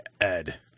Ed